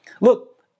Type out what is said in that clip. Look